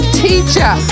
teacher